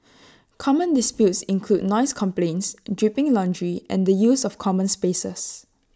common disputes include noise complaints dripping laundry and the use of common spaces